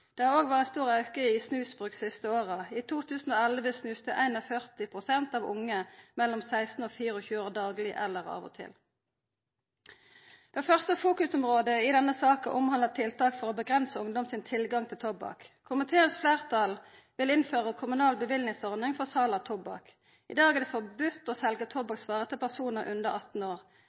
Det har òg vore ein stor auke i snusbruk dei siste åra. I 2011 snuste 41 pst. av unge menn mellom 16 og 24 år dagleg eller av og til. Det første fokusområdet i denne saka omhandlar tiltak for å avgrensa ungdom sin tilgang til tobakk. Komiteens fleirtal vil innføra kommunal bevillingsordning for sal av tobakk. I dag er det forbod mot å selja tobakksvarer til personar under 18 år.